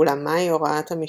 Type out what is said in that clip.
אולם מהי הוראת המשפט?